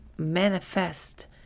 manifest